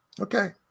Okay